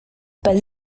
pas